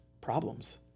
problems